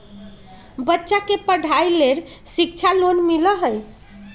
बच्चा के पढ़ाई के लेर शिक्षा लोन मिलहई?